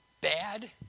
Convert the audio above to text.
bad